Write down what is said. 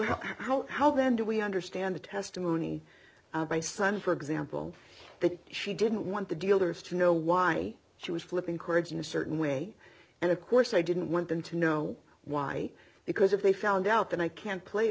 how how then do we understand the testimony of my son for example that she didn't want the dealers to know why she was flipping chords in a certain way and of course i didn't want them to know why because if they found out that i can't play